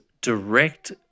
direct